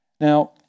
Now